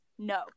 No